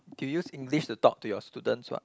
you use English to talk to your student what